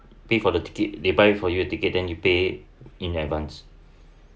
pay for the ticket they buy for you the ticket then you pay in advance